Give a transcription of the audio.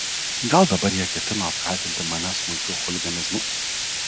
gal dabar jie ketino apkaltinti mane smulkiu chuliganizmu